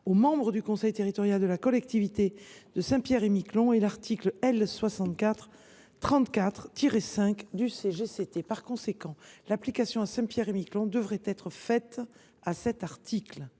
aux membres du conseil territorial de la collectivité de Saint Pierre et Miquelon est l’article L. 6434 5 du CGCT. Par conséquent, l’application du dispositif à Saint Pierre et Miquelon devrait être prévue à cet article.